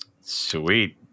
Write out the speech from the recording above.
sweet